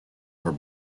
her